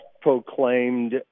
proclaimed